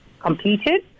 completed